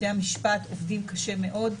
בתי המשפט עובדים קשה מאוד.